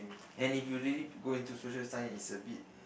and if you really go into social science is a bit